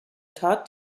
tat